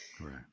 Right